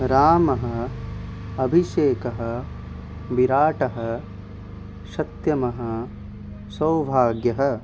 रामः अभिषेकः विराटः शक्त्यमः सौभाग्यः